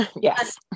Yes